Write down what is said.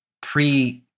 pre-